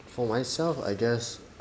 for myself I guess